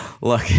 Look